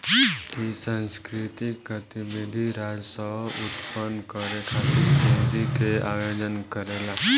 इ सांस्कृतिक गतिविधि राजस्व उत्पन्न करे खातिर पूंजी के आयोजन करेला